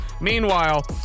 Meanwhile